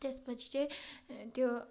त्यस पछि चाहिँ त्यो